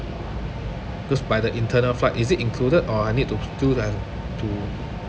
because by the internal flight is it included or I need to do the to